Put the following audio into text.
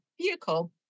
vehicle